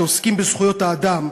שעוסקים בזכויות האדם,